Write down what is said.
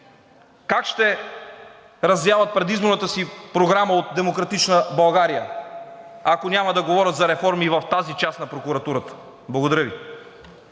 как ще развяват предизборната си програма от „Демократична България“, ако няма да говорят за реформи и в тази част на прокуратурата? Благодаря Ви.